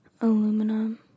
aluminum